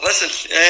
Listen